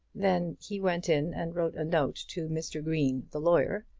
then he went in and wrote a note to mr. green, the lawyer,